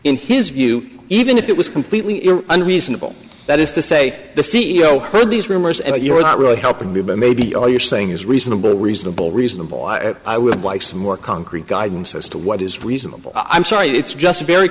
in his view even if it was completely unreasonable that is to say the c e o heard these rumors and you are not really helping me but maybe all you're saying is reasonable reasonable reasonable i would like some more concrete guidance as to what is reasonable i'm sorry it's just very